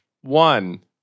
one